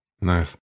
Nice